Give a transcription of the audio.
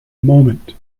moment